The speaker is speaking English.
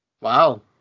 Wow